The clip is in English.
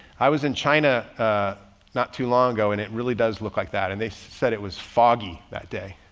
i was in china not too long ago and it really does look like that. and they said it was foggy that day.